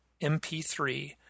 MP3